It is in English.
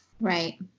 Right